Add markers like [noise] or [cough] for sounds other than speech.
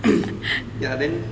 [coughs] ya then